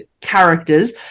characters